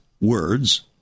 words